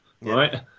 right